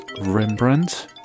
Rembrandt